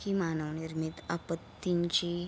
की मानवनिर्मित आपत्तींची